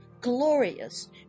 glorious